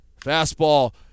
fastball